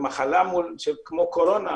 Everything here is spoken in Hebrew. במחלה כמו קורונה,